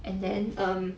and then um